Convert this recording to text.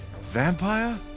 Vampire